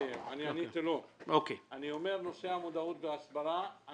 נושא המודעות וההסברה,